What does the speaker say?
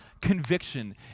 conviction